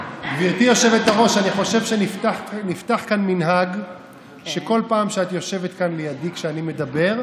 אני חושב שנפתח כאן מנהג שכל פעם שאת יושבת כאן לידי כשאני מדבר,